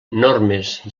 normes